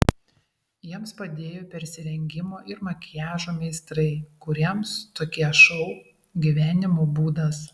jiems padėjo persirengimo ir makiažo meistrai kuriems tokie šou gyvenimo būdas